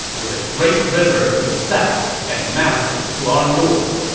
with the great river to the south and mountains to our north.